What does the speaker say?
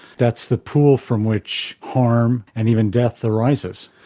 that's the pool from which harm and even death arises.